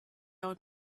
old